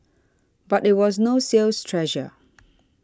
but it was no sales treasure